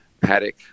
paddock